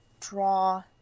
draw